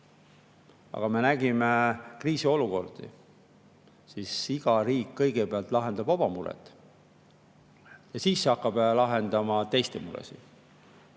aga me nägime kriisiolukordi: iga riik kõigepealt lahendab oma mured ja siis hakkab lahendama teiste muresid.